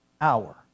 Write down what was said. hour